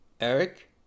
Eric